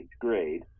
grade